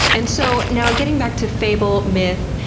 and so now getting back to fable, myth,